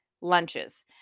lunches